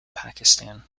pakistan